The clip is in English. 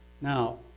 Now